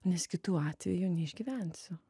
nes kitu atveju neišgyvensiu